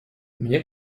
мне